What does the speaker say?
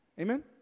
Amen